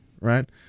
right